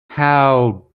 how